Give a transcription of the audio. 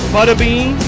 Butterbean